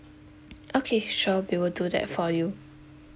okay sure we will do that for you